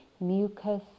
mucus